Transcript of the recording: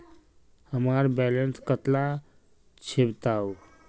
हमार बैलेंस कतला छेबताउ?